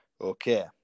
Okay